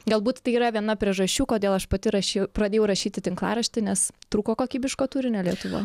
galbūt tai yra viena priežasčių kodėl aš pati raši pradėjau rašyti tinklaraštį nes trūko kokybiško turinio lietuvoj